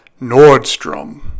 Nordstrom